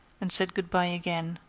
and said good-by again.